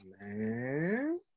Man